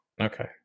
Okay